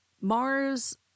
mars